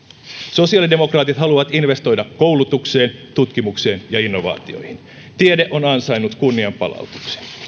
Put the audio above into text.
sosiaalidemokraatit haluavat investoida koulutukseen tutkimukseen ja innovaatioihin tiede on ansainnut kunnianpalautuksen